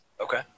Okay